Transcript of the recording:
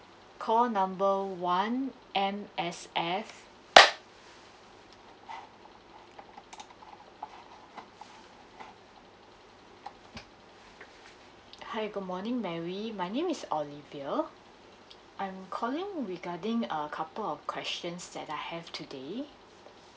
call number one M_S_F hi good morning mary my name is olivia I'm calling regarding a couple of questions that I have today